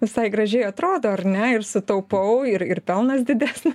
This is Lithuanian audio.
visai gražiai atrodo ar ne ir sutaupau ir ir pelnas didesnis